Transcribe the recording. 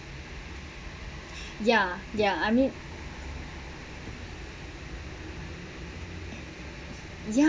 ya ya I mean ya